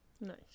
Nice